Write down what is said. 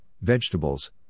vegetables